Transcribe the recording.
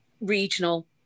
regional